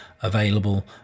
available